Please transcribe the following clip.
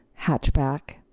hatchback